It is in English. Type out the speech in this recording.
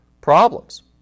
problems